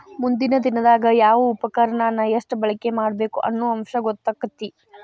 ಮುಂದಿನ ದಿನದಾಗ ಯಾವ ಉಪಕರಣಾನ ಎಷ್ಟ ಬಳಕೆ ಮಾಡಬೇಕ ಅನ್ನು ಅಂಶ ಗೊತ್ತಕ್ಕತಿ